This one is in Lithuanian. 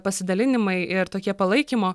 pasidalinimai ir tokie palaikymo